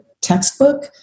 textbook